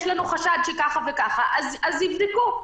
יש לנו חשד שכך וכך", אז יבדקו.